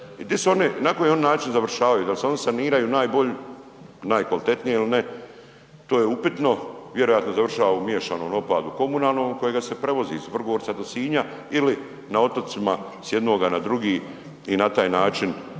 na koji oni način završavaju, da li se oni saniraju najkvalitetnije ili ne, to je upitno. Vjerojatno završava u miješanom otpadu komunalnom kojega se prevozi iz Vrgorca do Sinja ili na otocima s jednoga na drugi i na taj način